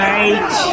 Right